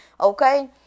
okay